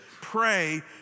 pray